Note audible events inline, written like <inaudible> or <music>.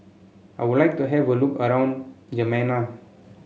I would like to have a look around <unintelligible>